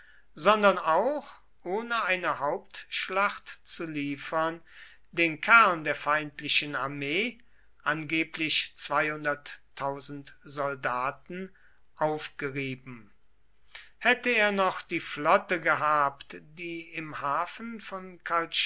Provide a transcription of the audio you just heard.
sondern auch ohne eine hauptschlacht zu liefern den kern der feindlichen armee angeblich soldaten aufgerieben hätte er noch die flotte gehabt die im hafen von